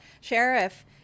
sheriff